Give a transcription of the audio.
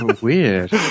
Weird